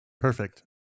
Perfect